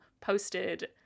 posted